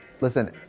listen